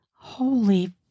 Holy